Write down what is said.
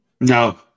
No